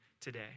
today